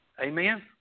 Amen